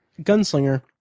gunslinger